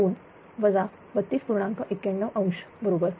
91° बरोबर